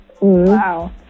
Wow